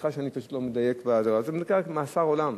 סליחה שאני פשוט לא מדייק זה נקרא מאסר עולם.